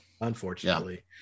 Unfortunately